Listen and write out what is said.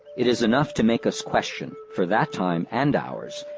it is enough to make us question, for that time and ours,